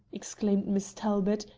exclaimed miss talbot,